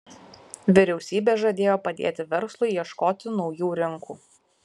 vyriausybė žadėjo padėti verslui ieškoti naujų rinkų